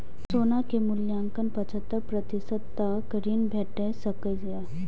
सोना के मूल्यक पचहत्तर प्रतिशत तक ऋण भेट सकैए